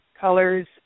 colors